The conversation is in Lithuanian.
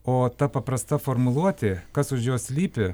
o ta paprasta formuluotė kas už jos slypi